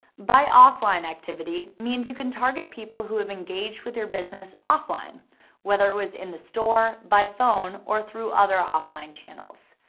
by offline activity means you can target people who have engaged with your business offline whether it was in the store, by phone, or through other offline channels.